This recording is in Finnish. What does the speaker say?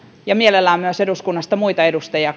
ja mielellään eduskunnasta myös muita edustajia